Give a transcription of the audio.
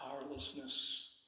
powerlessness